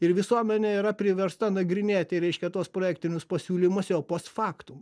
ir visuomenė yra priversta nagrinėti reiškia tuos projektinius pasiūlymus jau post faktum